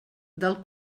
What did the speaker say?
del